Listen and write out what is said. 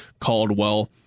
Caldwell